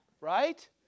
right